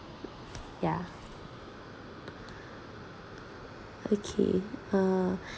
yeah okay uh